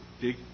dig